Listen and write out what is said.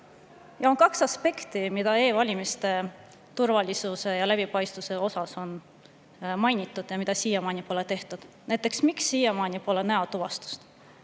On kaks aspekti, mida e‑valimiste turvalisuse ja läbipaistvuse kohta on mainitud, aga mida siiamaani pole tehtud. Näiteks, miks siiamaani pole näotuvastust?